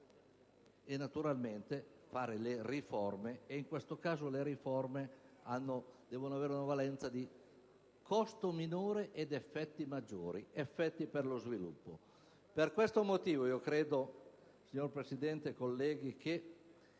è fondamentale fare le riforme e, in questo caso, esse devono avere una valenza di costo minore ed effetti maggiori per lo sviluppo. Per questo motivo, signor Presidente, colleghi, io